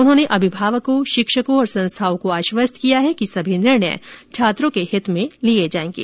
उन्होंने अभिभावकों शिक्षकों और संस्थाओं को आश्वस्त किया है कि सभी निर्णय छात्रों के हित में लिए जाएंगे